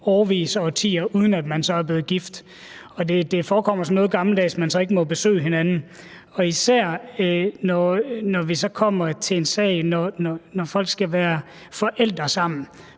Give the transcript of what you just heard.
årevis, i årtier, uden at man er blevet gift, og det forekommer altså noget gammeldags, at man så ikke må besøge hinanden, især når vi så kommer til en sag, hvor folk skal være forældre sammen: